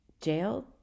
jailed